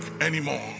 anymore